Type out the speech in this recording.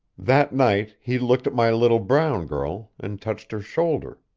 that night, he looked at my little brown girl, and touched her shoulder.